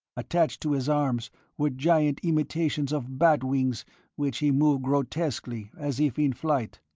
attached to his arms were giant imitations of bat wings which he moved grotesquely as if in flight.